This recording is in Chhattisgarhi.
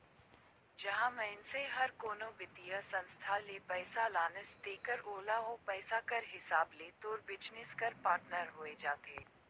जहां मइनसे हर कोनो बित्तीय संस्था ले पइसा लानिस तेकर ओला ओ पइसा कर हिसाब ले तोर बिजनेस कर पाटनर होए जाथे